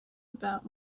about